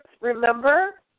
remember